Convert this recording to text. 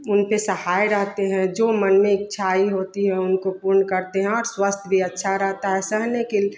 उनपे सहाय रहते है जो मन में इच्छा आई होती हो उनको पूर्ण करते है और स्वस्थ भी अच्छा रहता है सहने के